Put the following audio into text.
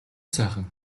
сайхан